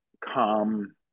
calm